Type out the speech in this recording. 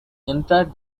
entered